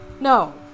No